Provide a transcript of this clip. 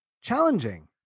challenging